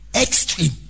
Extreme